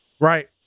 right